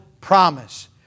promise